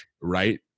right